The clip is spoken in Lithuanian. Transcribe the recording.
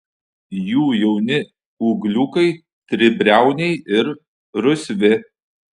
jų jauni ūgliukai tribriauniai ir rusvi